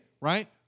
right